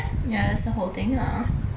ya that's the whole thing uh